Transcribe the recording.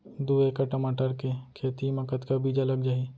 दू एकड़ टमाटर के खेती मा कतका बीजा लग जाही?